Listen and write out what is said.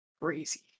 crazy